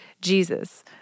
Jesus